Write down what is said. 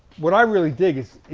what i really dig is,